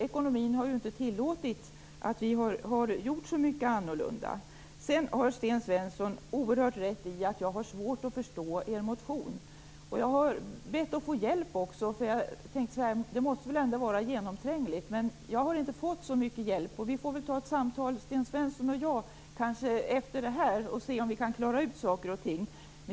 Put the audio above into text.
Ekonomin har inte tillåtit att vi har gjort så mycket annorlunda. Sedan har Sten Svensson oerhört rätt i att jag har svårt att förstå er motion. Jag har också bett att få hjälp. Det måste ju ändå var genomträngligt. Men jag har inte fått så mycket hjälp. Vi får väl ta ett samtal Sten Svensson och jag efter debatten för att se om vi kan klara ut saker och ting.